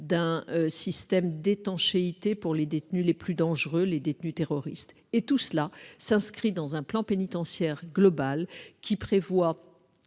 d'un système d'étanchéité pour les détenus les plus dangereux, les détenus terroristes. Toutes ces mesures s'inscrivent dans un plan pénitentiaire global, qui prévoit,